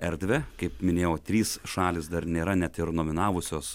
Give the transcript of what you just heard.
erdvę kaip minėjau trys šalys dar nėra net ir nominavusios